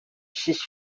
sis